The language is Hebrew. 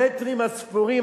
במטרים הספורים,